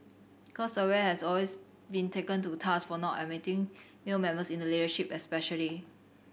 because Aware has always been taken to task for not admitting male members in the leadership especially